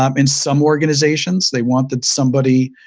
um in some organizations, they wanted somebody